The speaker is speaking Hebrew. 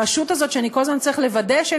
הרשות הזאת שאני כל הזמן צריך לוודא שהם